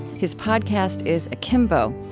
his podcast is akimbo.